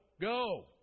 go